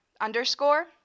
underscore